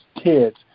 kids